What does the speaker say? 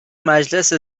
مجلس